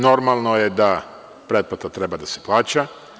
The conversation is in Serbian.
Normalno je da pretplata treba da se plaća.